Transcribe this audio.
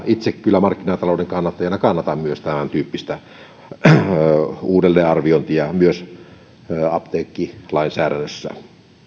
itse kyllä markkinatalouden kannattajana kannatan tämäntyyppistä uudelleenarviointia myös apteekkilainsäädännössä